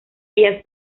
ellas